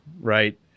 right